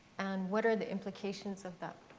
and what are the implications of that?